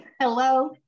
Hello